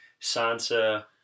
Sansa